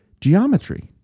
geometry